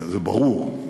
זה ברור,